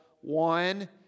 one